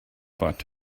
bought